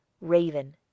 Raven